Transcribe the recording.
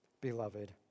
Beloved